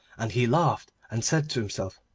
and he laughed, and said to himself,